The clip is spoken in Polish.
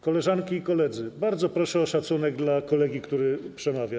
Koleżanki i koledzy, bardzo proszę o szacunek dla kolegi, który przemawia.